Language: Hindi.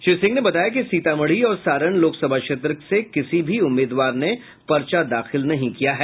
श्री सिंह ने बताया कि सीतामढ़ी और सारण लोकसभा क्षेत्र से किसी भी उम्मीदवार ने पर्चा दाखिल नहीं किया है